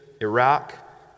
Iraq